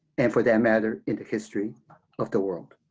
and for that matter, in the history of the world.